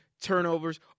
turnovers